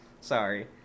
Sorry